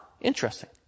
Interesting